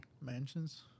mansions